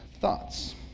thoughts